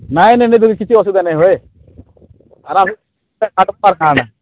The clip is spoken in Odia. ନାଇଁ ନାଇଁ ଦେବି କିଛି ଅସୁବିଧା ନାଇଁ ହୁଏ ଆର୍ କାଁ ହେଲା